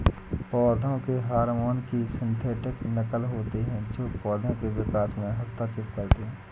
पौधों के हार्मोन की सिंथेटिक नक़ल होते है जो पोधो के विकास में हस्तक्षेप करते है